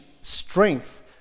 strength